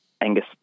Angus